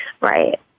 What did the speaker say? Right